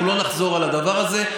אנחנו לא נחזור על הדבר הזה.